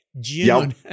June